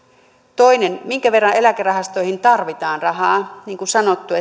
toinen minkä verran eläkerahastoihin tarvitaan rahaa niin kuin sanottu